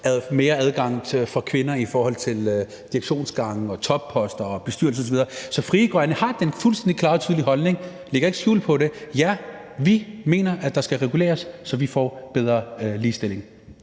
mere adgang for kvinder i forhold til direktionsgange og topposter og bestyrelser osv. Så Frie Grønne har den fuldstændig klare og tydelige holdning og lægger ikke skjul på det, at ja, vi mener, at der skal reguleres, så vi får en bedre ligestilling.